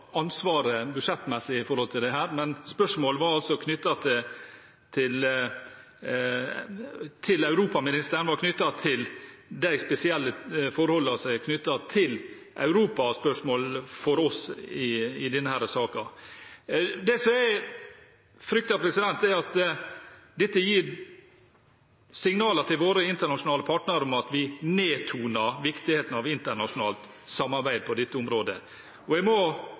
ansvaret budsjettmessig i dette, men spørsmålet til europaministeren var om de spesielle forholdene knyttet til europaspørsmål for oss i denne saken. Det jeg frykter, er at dette gir signaler til våre internasjonale partnere om at vi nedtoner viktigheten av internasjonalt samarbeid på dette området. Jeg må